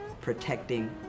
protecting